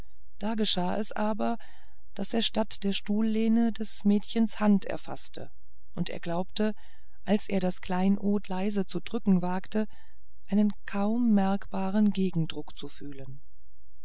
da geschah es aber daß er statt der stuhllehne des mädchens hand erfaßte und er glaubte als er das kleinod leise zu drücken wagte einen kaum merkbaren gegendruck zu fühlen